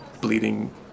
bleeding